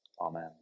Amen